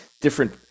different